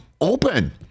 open